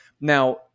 Now